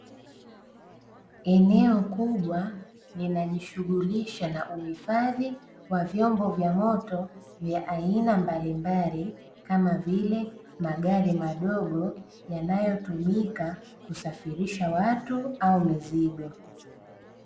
Eneo kubwa linajishughulisha na uhifadhi wa vyombo vya moto vya aina mbalimbali kama vile magari madogo yanayotumika kusafirisha watu au mizigo.